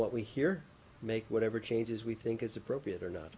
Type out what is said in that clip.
what we hear make whatever changes we think is appropriate or not